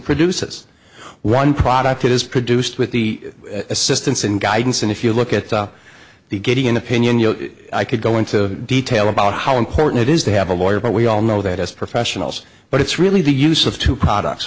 produces one product that is produced with the assistance and guidance and if you look at the the getting an opinion you know i could go into detail about how important it is to have a lawyer but we all know that as professionals but it's really the use of two products